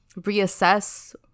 reassess